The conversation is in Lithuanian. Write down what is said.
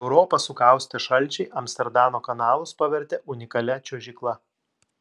europą sukaustę šalčiai amsterdamo kanalus pavertė unikalia čiuožykla